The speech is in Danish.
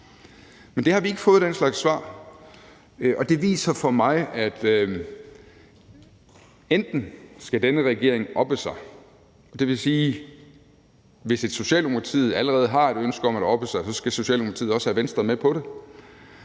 svar har vi ikke fået. Og det viser for mig, at enten skal denne regering oppe sig – det vil sige, at hvis Socialdemokratiet allerede har et ønske om at oppe sig, skal Socialdemokratiet også have Venstre med på det